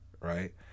right